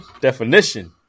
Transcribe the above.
definition